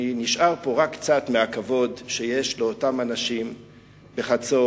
אני נשאר פה: רק קצת מהכבוד שיש לאותם אנשים בחצור,